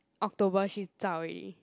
October she zao already